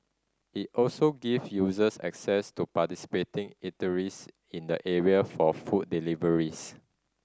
it also give users access to participating eateries in the area for food deliveries